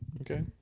Okay